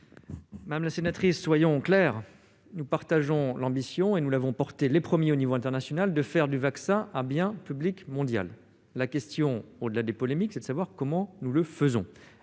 Madame la sénatrice, soyons clairs, nous partageons l'ambition, que nous sommes les premiers à avoir portée au niveau international, de faire du vaccin un bien public mondial. La question, au-delà des polémiques, est de savoir comment nous le faisons.